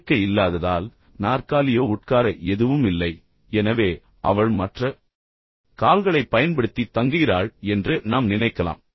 இருக்கை இல்லாததால் நாற்காலியோ உட்கார எதுவும் இல்லை எனவே அவள் மற்ற கால்களைப் பயன்படுத்தி தங்குகிறாள் என்று நாம் நினைக்கலாம்